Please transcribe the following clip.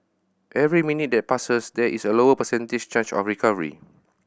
every minute that passes there is a lower percentage chance of recovery